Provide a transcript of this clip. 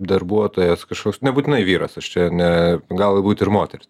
darbuotojas kažkoks nebūtinai vyras aš čia ne gali būt ir moteris